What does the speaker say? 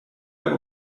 have